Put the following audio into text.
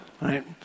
right